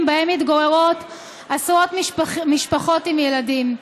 שבהם מתגוררות עשרות משפחות עם ילדים.